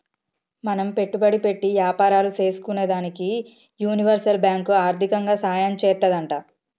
మనం పెట్టుబడి పెట్టి యాపారాలు సేసుకునేదానికి యూనివర్సల్ బాంకు ఆర్దికంగా సాయం చేత్తాదంట